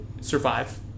Survive